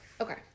Okay